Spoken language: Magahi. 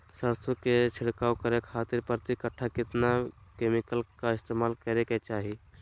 सरसों के छिड़काव करे खातिर प्रति कट्ठा कितना केमिकल का इस्तेमाल करे के चाही?